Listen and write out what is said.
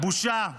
בושה.